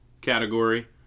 category